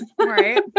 right